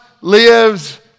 lives